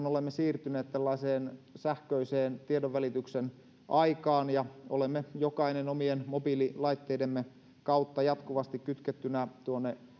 olemme siirtyneet tällaiseen sähköiseen tiedonvälityksen aikaan ja olemme jokainen omien mobiililaitteidemme kautta jatkuvasti kytkettynä tuonne